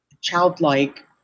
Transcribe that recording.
childlike